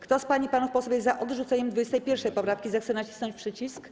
Kto z pań i panów posłów jest za odrzuceniem 21. poprawki, zechce nacisnąć przycisk.